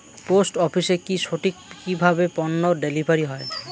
Post অফিসে কি সঠিক কিভাবে পন্য ডেলিভারি হয়?